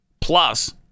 plus